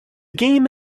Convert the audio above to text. game